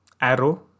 arrow